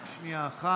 רק שנייה אחת.